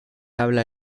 habla